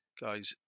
Guys